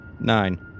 Nine